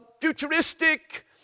futuristic